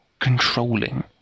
controlling